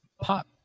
pop